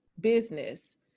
business